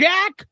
Jack